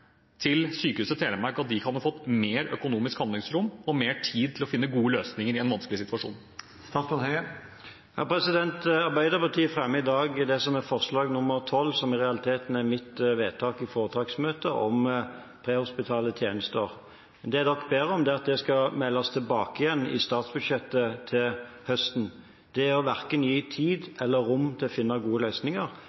til Sykehuset Telemark at de kunne ha fått mer økonomisk handlingsrom og mer tid til å finne gode løsninger i en vanskelig situasjon? Arbeiderpartiet fremmer i dag det som er forslag nr. 12 – som i realiteten er mitt vedtak i foretaksmøtet om prehospitale tjenester – men det en ber om, er at det skal meldes tilbake i statsbudsjettet til høsten. Det er verken å gi tid